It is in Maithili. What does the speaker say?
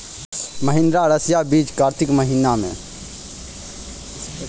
महिंद्रा रईसा बीज कार्तिक महीना?